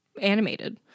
animated